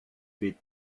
feet